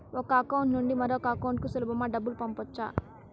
ఒక అకౌంట్ నుండి మరొక అకౌంట్ కు సులభమా డబ్బులు పంపొచ్చా